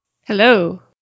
Hello